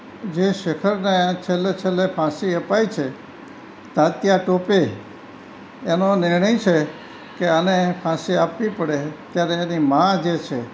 જે શેખર નાયક છેલ્લે છેલ્લે ફાંસી અપાય છે તાત્યા ટોપે એનો નિર્ણય છે કે આને ફાંસી આપવી પડે ત્યારે એની માં જે છે